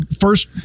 first